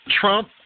Trump